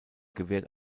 gewährt